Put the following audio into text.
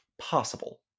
possible